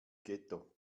ghetto